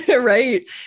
Right